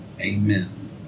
amen